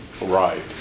right